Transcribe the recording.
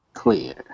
Clear